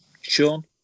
Sean